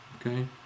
Okay